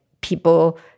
people